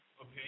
Okay